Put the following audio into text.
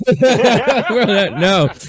no